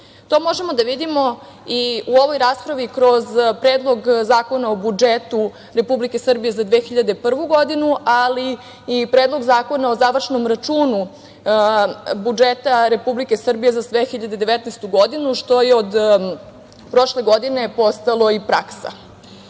možemo da vidimo i u ovoj raspravi kroz Predlog zakona o budžetu Republike Srbije za 2021. godinu, ali i Predlog zakona o završnom računu budžeta Republike Srbije za 2019. godinu, što je od prošle godine postala i praksa. Nedavno